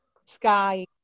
Sky